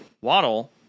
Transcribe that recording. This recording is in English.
waddle